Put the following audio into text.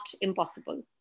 impossible